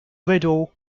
widow